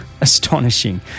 astonishing